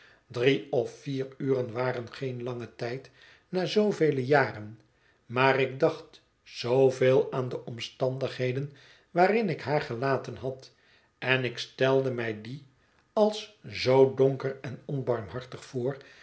drie of vier uren waren geen lange tijd na zoovele jaren maar ik dacht zooveel aan de omstandigheden waarin ik haar gelaten had en ik stelde mij die als zoo donker en onbarmhartig voor